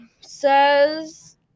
says